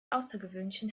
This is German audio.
außergewöhnlichen